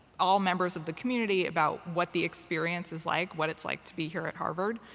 all members of the community about what the experience is like what it's like to be here at harvard.